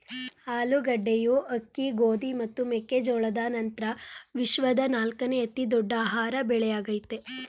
ಆಲೂಗಡ್ಡೆಯು ಅಕ್ಕಿ ಗೋಧಿ ಮತ್ತು ಮೆಕ್ಕೆ ಜೋಳದ ನಂತ್ರ ವಿಶ್ವದ ನಾಲ್ಕನೇ ಅತಿ ದೊಡ್ಡ ಆಹಾರ ಬೆಳೆಯಾಗಯ್ತೆ